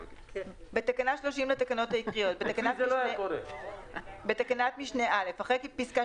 בתקנה 30 לתקנות העיקריות בתקנה משנה (א) אחרי פסקה